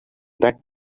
that